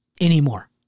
anymore